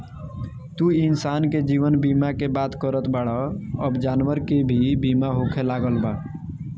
तू इंसान के जीवन बीमा के बात करत बाड़ऽ अब जानवर के भी बीमा होखे लागल बा